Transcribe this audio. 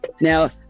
now